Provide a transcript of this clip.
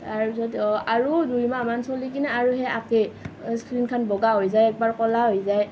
তাৰপিছত আৰু দুইমাহমান চলি কিনে আৰু সেই একেই স্ক্ৰীণখন বগা হৈ যায় একোবাৰ ক'লা হৈ যায়